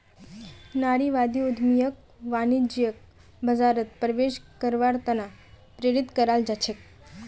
नारीवादी उद्यमियक वाणिज्यिक बाजारत प्रवेश करवार त न प्रेरित कराल जा छेक